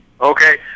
okay